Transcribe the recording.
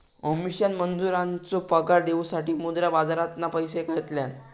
अमीषान मजुरांचो पगार देऊसाठी मुद्रा बाजारातना पैशे घेतल्यान